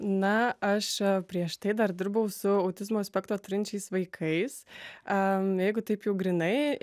na aš prieš tai dar dirbau su autizmo spektrą turinčiais vaikais a jeigu taip jau grynai